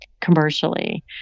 commercially